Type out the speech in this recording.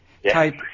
type